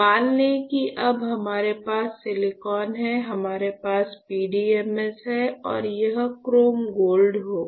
मान लें कि अब हमारे पास सिलिकॉन है हमारे पास PDMS है और यह क्रोम गोल्ड होगा